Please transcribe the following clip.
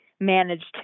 managed